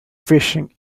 fishing